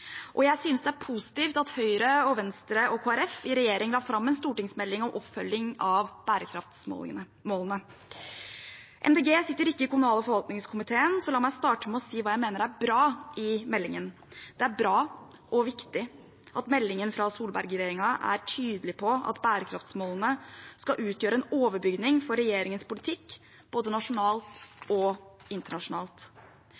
og jeg synes det er positivt at Høyre, Venstre og Kristelig Folkeparti i regjering la fram en stortingsmelding om oppfølging av bærekraftsmålene. Miljøpartiet De Grønne sitter ikke i kommunal- og forvaltningskomiteen, så la meg starte med å si hva jeg mener er bra i meldingen. Det er bra og viktig at meldingen fra Solberg-regjeringen er tydelig på at bærekraftsmålene skal utgjøre en overbygning for regjeringens politikk både